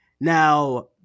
Now